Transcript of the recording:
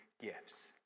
gifts